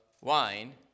wine